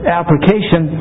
application